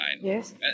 Yes